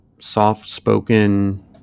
soft-spoken